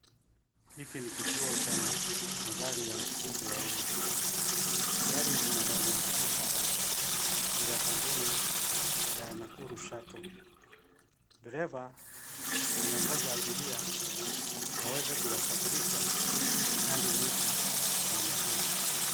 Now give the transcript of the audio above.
Hiki ni kituo cha, magari ya uchukuzi wa umma, gari linaloonekana hapa, ni la kampuni, ya Nakuru Shuttle , dereva, anangoja abiria, aweze kuwasafirisha, hadi mji, wa Nakuru.